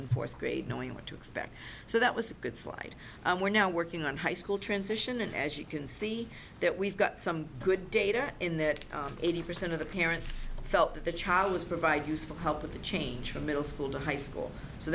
in fourth grade knowing what to expect so that was a good slide and we're now working on high school transition as you can see that we've got some good data in that eighty percent of the parents felt that the child was provide useful help with the change from middle school to high school so